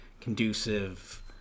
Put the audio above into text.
conducive